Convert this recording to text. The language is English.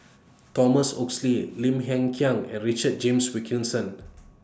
Thomas Oxley Lim Hng Kiang and Richard James Wilkinson